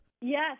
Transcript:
Yes